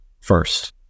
first